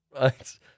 Right